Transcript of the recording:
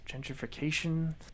gentrification